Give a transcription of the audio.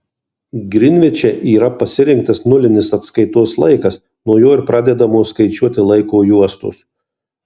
grinviče yra pasirinktas nulinis atskaitos laikas nuo jo ir pradedamos skaičiuoti laiko juostos